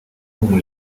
umu